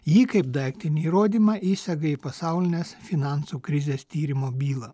jį kaip daiktinį įrodymą įsega į pasaulinės finansų krizės tyrimo bylą